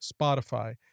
Spotify